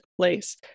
place